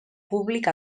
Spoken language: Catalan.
públic